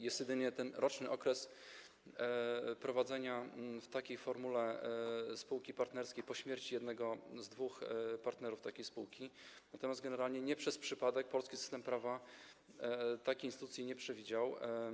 Jest jedynie ten roczny okres prowadzenia w takiej formule spółki partnerskiej po śmierci jednego z dwóch partnerów takiej spółki, natomiast generalnie nie przez przypadek polski system prawa takiej instytucji nie przewidział.